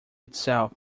itself